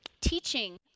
teaching